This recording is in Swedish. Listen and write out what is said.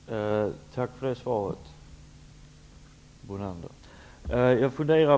Herr talman! Tack för det svaret, Lennart Brunander!